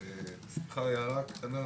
הערה קטנה.